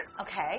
Okay